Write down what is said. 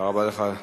אדוני השר,